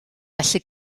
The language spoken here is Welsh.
felly